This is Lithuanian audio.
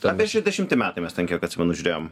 apie šešiasdešimti metai mes ten kiek atsimenu žiūrėjom